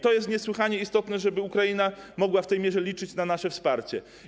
To jest niesłychanie istotne, żeby Ukraina mogła w tej mierze liczyć na nasze wsparcie.